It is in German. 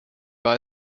war